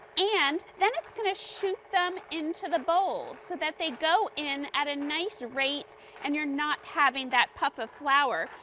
and then it's going to shoot them into the bowl so that they go in at a nice rate and you are not having that pop of flower.